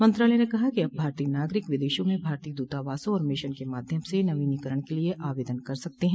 मंत्रालय ने कहा है कि अब भारतीय नागरिक विदेशों में भारतीय दूतावासों और मिशन के माध्यम से नवीनीकरण के लिए आवेदन कर सकते हैं